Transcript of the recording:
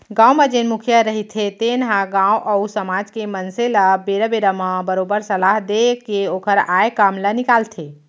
गाँव म जेन मुखिया रहिथे तेन ह गाँव अउ समाज के मनसे ल बेरा बेरा म बरोबर सलाह देय के ओखर आय काम ल निकालथे